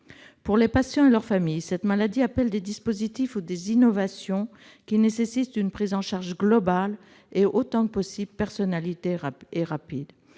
Pour les patients et leurs familles, cette maladie appelle des dispositifs ou des innovations qui nécessitent une prise en charge globale et autant que possible personnalisée et rapide.